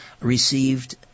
received